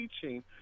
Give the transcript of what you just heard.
teaching